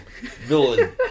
villain